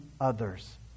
others